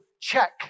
check